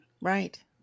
Right